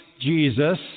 Jesus